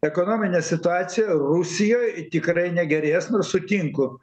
ekonominė situacija rusijoj tikrai negerės nors sutinku